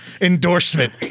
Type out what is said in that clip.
endorsement